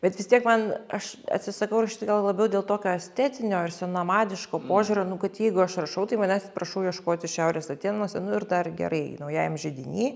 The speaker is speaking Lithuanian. bet vis tiek man aš atsisakau rašyt gal labiau dėl tokio estetinio ir senamadiško požiūrio nu kad jeigu aš rašau tai manęs prašau ieškoti šiaurės atėnuose nu ir dar gerai naujajam židiny